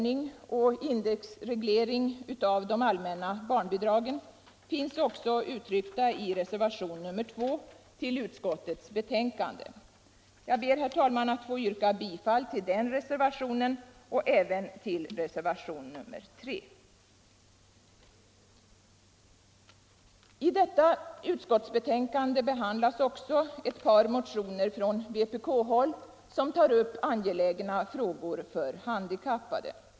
I detta utskottsbetänkande behandlas också ett par motioner från vpkhåll som tar upp angelägna frågor för handikappade.